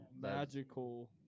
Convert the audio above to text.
magical